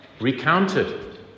recounted